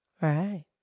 Right